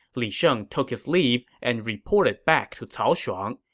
li sheng took his leave and reported back to cao shuang,